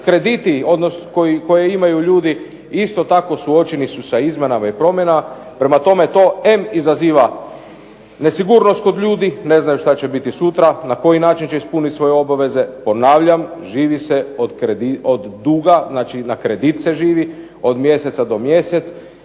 krediti koje imaju ljudi isto tako suočeni su sa izmjenama i promjenama. Prema tome, to em izaziva nesigurnost kod ljudi, ne znaju što će biti sutra, na koji način će ispuniti svoje obaveze. Ponavljam, živi se od duga, znači na kredit se živi od mjeseca do mjesec.